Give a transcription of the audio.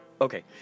okay